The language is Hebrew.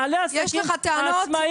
בעלי העסקים העצמאים.